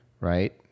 right